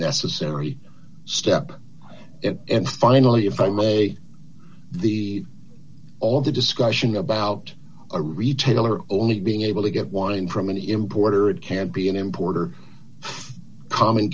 unnecessary step and finally if i may the all the discussion about a retailer only being able to get wine from an importer it can be an importer common